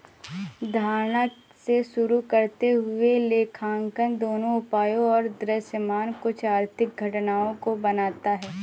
धारणा से शुरू करते हुए लेखांकन दोनों उपायों और दृश्यमान कुछ आर्थिक घटनाओं को बनाता है